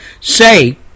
say